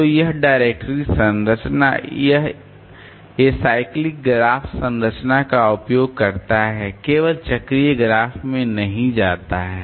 तो यह डायरेक्टरी संरचना यह एसाइक्लिक ग्राफ संरचना का उपयोग करता है केवल चक्रीय ग्राफ में नहीं जाता है